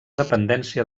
dependència